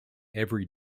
every